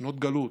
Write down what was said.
שנות גלות,